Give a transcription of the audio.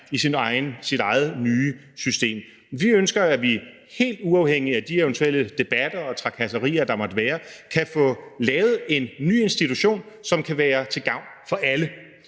i sit eget nye system. Men vi ønsker, at vi helt uafhængigt af de eventuelle debatter og trakasserier, der måtte være, kan få lavet en ny institution, som kan være til gavn for alle.